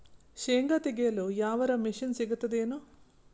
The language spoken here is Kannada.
ಶೇಂಗಾ ತೆಗೆಯಲು ಯಾವರ ಮಷಿನ್ ಸಿಗತೆದೇನು?